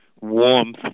warmth